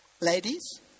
Ladies